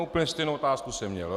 Úplně stejnou otázku jsem měl.